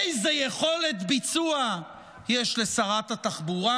איזו יכולת ביצוע יש לשרת התחבורה,